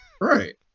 Right